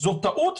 זו טעות,